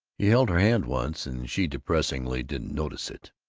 he held her hand, once, and she depressingly didn't notice it.